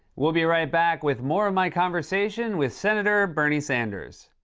we'll be right back with more of my conversation with senator bernie sanders.